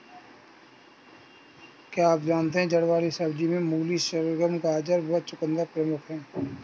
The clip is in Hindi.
क्या आप जानते है जड़ वाली सब्जियों में मूली, शलगम, गाजर व चकुंदर प्रमुख है?